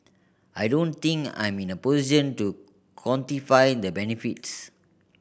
I don't think I'm in a position to quantify the benefits